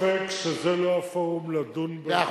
יכול להוסיף דבר אחד: אין ספק שזה לא הפורום לדון בעניין